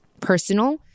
personal